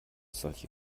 solche